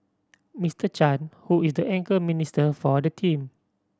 Mister Chan who is the anchor minister for the team